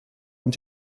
und